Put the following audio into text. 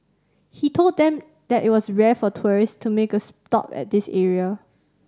he told them that it was rare for tourist to make a stop at this area